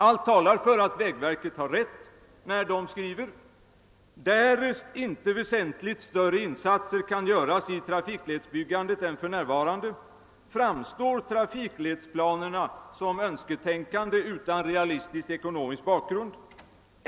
Allt talar för att vägverket har rätt, när verket skriver att »därest inte väsentligt större insatser kan göras i trafikledsbyggandet än för närvarande, framstår trafikledsplanerna som önsketänkande och utan realistisk ekonomisk bakgrund.